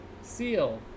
seal